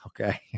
okay